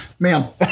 Ma'am